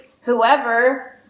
whoever